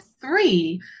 three